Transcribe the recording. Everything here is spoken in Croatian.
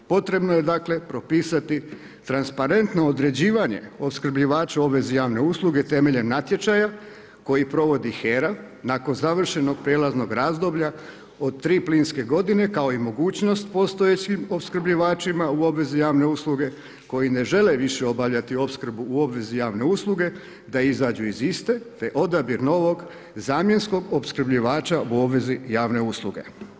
Potrebno je propisati transparentno određivanje opskrbljivača u obvezi javne usluge temeljem natječaja koji provodi HERA nakon završenog prijelaznog razdoblja od tri plinske godine kao i mogućnost postojećim opskrbljivačima u obvezi javne usluge koji ne žele više obavljati opskrbu u obvezi javne usluge da izađu iz iste te odabir novog zamjenskog opskrbljivača u obvezi javne usluge.